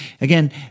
Again